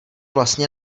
vlastně